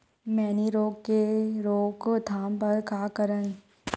मैनी रोग के रोक थाम बर का करन?